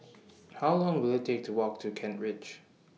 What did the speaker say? How Long Will IT Take to Walk to Kent Ridge